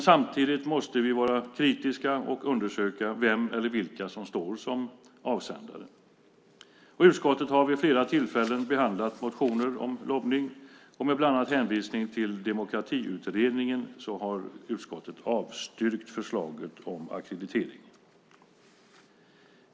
Samtidigt måste vi vara kritiska och undersöka vem eller vilka som står som avsändare. Utskottet har vid flera tillfällen behandlat motioner om lobbning och har bland annat med hänvisning till Demokratiutredningen avstyrkt förslaget om ackreditering.